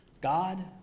God